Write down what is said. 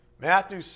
Matthew